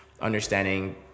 understanding